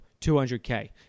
200K